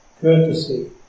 courtesy